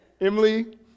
Emily